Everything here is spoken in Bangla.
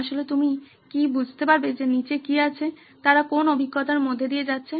আসলে তুমি কি বুঝতে পারবে যে নীচে কী আছে তারা কোন্ অভিজ্ঞতার মধ্য দিয়ে যাচ্ছে